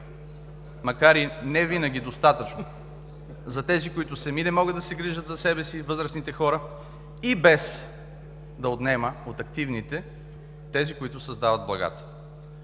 макар и не винаги достатъчни за тези, които сами не могат да се грижат за себе си – възрастните хора, и без да отнема от активните – тези, които създават благата.